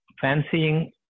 Fancying